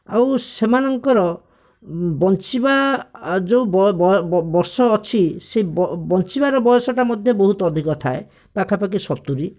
ଆଉ ସେମାନଙ୍କର ବଞ୍ଚିବା ଯେଉଁ ବର୍ଷ ଅଛି ସେହି ବଞ୍ଚିବାର ବୟସଟା ମଧ୍ୟ ବହୁତ ଅଧିକ ଥାଏ ପାଖାପାଖି ସତୁରି